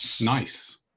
Nice